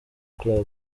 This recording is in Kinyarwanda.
club